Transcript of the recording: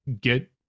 get